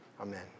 Amen